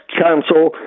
Council